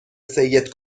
سید